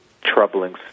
troubling